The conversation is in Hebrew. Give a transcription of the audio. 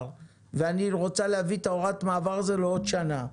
והיא רוצה להאריך את הוראת המעבר הזו בעוד שנה.